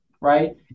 right